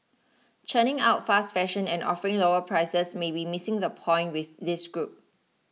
churning out fast fashion and offering lower prices may be missing the point with this group